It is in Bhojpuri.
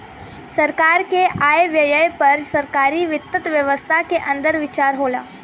सरकार के आय व्यय पर सरकारी वित्त व्यवस्था के अंदर विचार होला